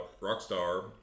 Rockstar